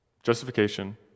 justification